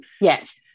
Yes